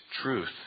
truth